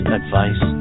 advice